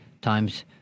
Times